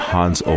Hans